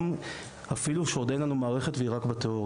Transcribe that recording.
גם אפילו שעוד אין לנו מערכת והיא רק בתיאוריה.